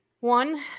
One